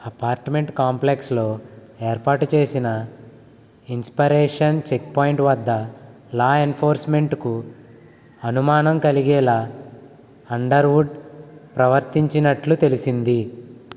అపార్ట్మెంట్గ్ కాంప్లెక్స్లో ఏర్పాటు చేసిన ఇన్స్పరేషన్ చెక్పాయింట్ వద్ద లా ఎన్ఫోర్స్మెంట్కు అనుమానం కలిగేలా అండర్వుడ్ ప్రవర్తించినట్లు తెలిసింది